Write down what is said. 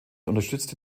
unterstützte